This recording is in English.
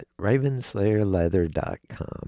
ravenslayerleather.com